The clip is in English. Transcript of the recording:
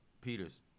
Peters